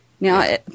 Now